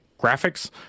graphics